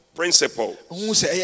principles